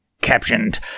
captioned